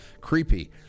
Creepy